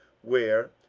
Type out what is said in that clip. where,